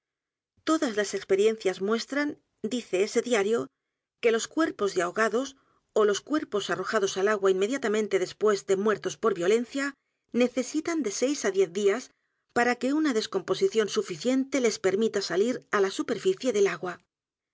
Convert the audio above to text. todas las experiencias muestran dice ese diario que los cuerpos de ahogados ó los cuerpos arrojados al a g u a inmediatamente d e s pués de muertos por violencia necesitan de seis á diez días p a r a que una descomposición suficiente les permita salir á la superficie del agua